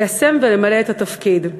ליישם ולמלא את התפקיד.